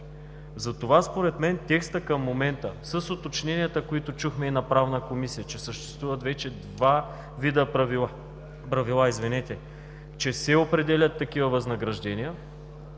Затова според мен текстът към момента с уточненията, които чухме и в Правната комисия, че съществуват вече два вида правила – че се определят такива възнаграждения,